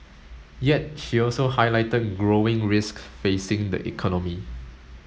yet she also highlighted growing risks facing the economy